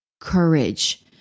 courage